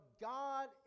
God